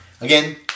Again